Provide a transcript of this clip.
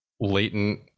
latent